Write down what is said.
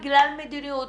בגלל מדיניות,